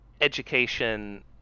education